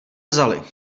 vzali